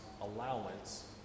allowance